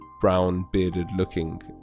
brown-bearded-looking